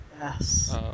yes